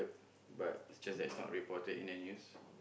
but it's just that it's not reported in the news